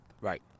Right